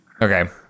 Okay